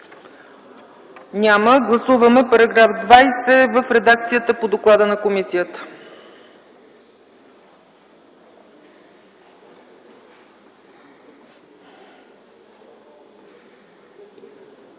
Няма. Гласуваме § 20 в редакцията, по доклада на комисията.